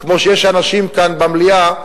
כמו שיש אנשים כאן במליאה,